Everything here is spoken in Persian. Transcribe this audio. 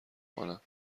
کنم